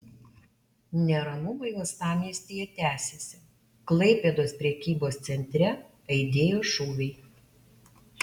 neramumai uostamiestyje tęsiasi klaipėdos prekybos centre aidėjo šūviai